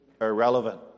irrelevant